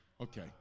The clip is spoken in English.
Okay